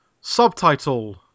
subtitle